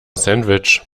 sandwich